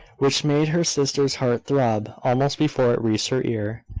which made her sister's heart throb almost before it reached her ear.